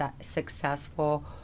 successful